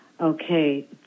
Okay